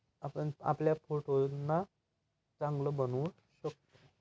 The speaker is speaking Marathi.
आपण आपल्या फोटोंना चांगलं बनवू शकतो